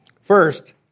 First